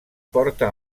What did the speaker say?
porta